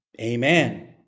Amen